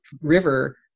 river